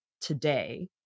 today